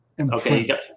Okay